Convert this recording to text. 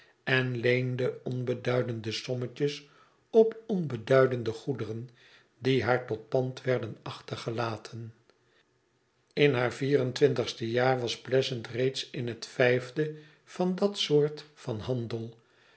en leende onbeduidende sommetjes op onbeduidende goederen die haar tot pand werden achtergelaten in baar vier en twintigste jaar was pleasant reeds in het vijfde van dat soort van handel